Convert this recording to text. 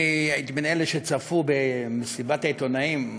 אני הייתי בין אלה שצפו במסיבת העיתונאים,